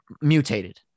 mutated